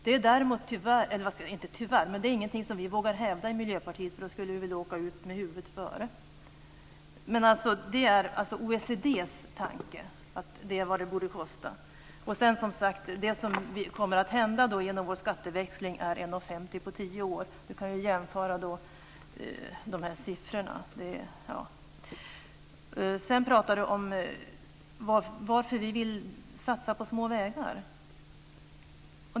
Det är ingenting som vi vågar hävda i Miljöpartiet, för då skulle vi åka ut med huvudet före. Det är alltså OECD:s tanke att det är vad bensin borde kosta. Det som kommer att hända genomen skatteväxling är 1,50 på tio år. Det är bara att jämföra siffrorna. Sedan talar Ola Sundell om att vi vill satsa på små vägar.